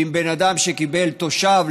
בן אדם שקיבל תושבות,